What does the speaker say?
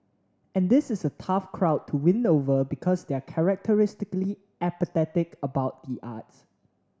and this is a tough crowd to win over because they are characteristically apathetic about the arts